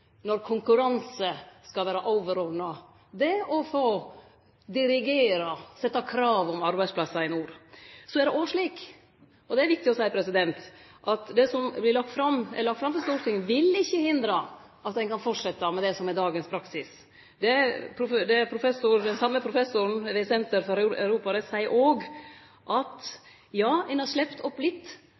når konkurranse skal vere overordna det å få dirigere og stille krav om arbeidsplassar i nord. Så er det òg slik, og det er viktig å seie, at det som er lagt fram for Stortinget, ikkje vil hindre at ein kan fortsetje med dagens praksis. Den same professoren ved Senter for europarett seier òg: Ja, ein har sleppt opp litt